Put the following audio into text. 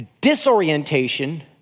disorientation